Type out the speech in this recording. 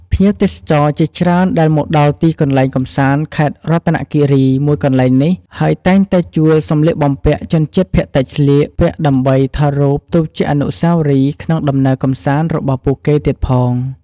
ភ្ញៀវទេសចរជាច្រើនដែលមកដល់ទីកន្លែងកម្សាន្តខេត្តរតនៈគិរីមួយកន្លែងនេះហើយតែងតែជួលសម្លៀកបំពាក់ជនជាតិភាគតិចស្លៀកពាក់ដើម្បី ថតរូបទុកជាអនុស្សាវរីយ៍ក្នុងដំណើរកម្សាន្តរបស់ពួកគេទៀតផង។